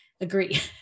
agree